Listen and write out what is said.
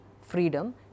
freedom